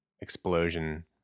explosion